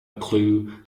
clue